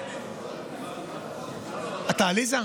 אתה עליזה?